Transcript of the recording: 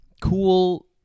cool